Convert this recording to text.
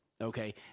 Okay